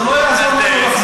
זה לא יעזור לנו.